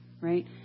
right